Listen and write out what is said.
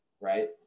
right